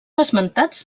esmentats